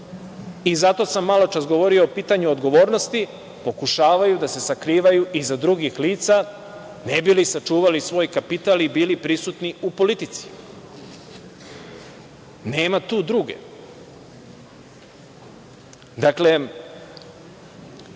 i zato sam maločas govorio o pitanju odgovornosti. Pokušavaju da se sakrivaju iza drugih lica ne bi li sačuvali svoj kapital i bili prisutni u politici. Nema tu druge. Dakle,